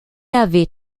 avait